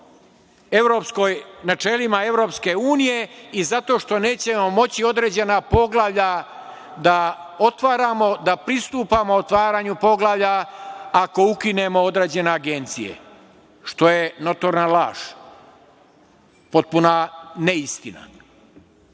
načelima Evropske unije i zato što nećemo moći određena poglavlja da otvaramo, da pristupamo otvaranju poglavlja ako ukinemo određene agencije, što je notorna laž, potpuna neistina. Ovde